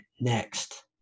next